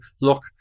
look